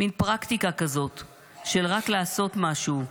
מן פרקטיקה כזאת של רק לעשות משהו,